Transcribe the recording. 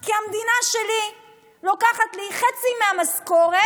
כי המדינה שלי לוקחת לי חצי מהמשכורת